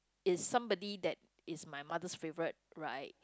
is somebody that is my mother's favourite right